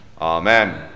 Amen